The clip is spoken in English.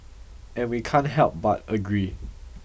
and we can't help but agree